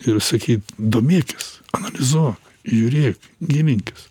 ir sakyt domėkis analizuok žiūrėk gilinkis